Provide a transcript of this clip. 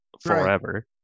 forever